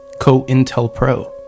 COINTELPRO